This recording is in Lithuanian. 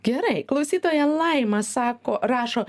gerai klausytoja laima sako rašo